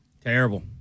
Terrible